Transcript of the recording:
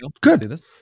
Good